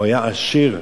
היה עשיר,